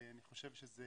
אני חושב שזה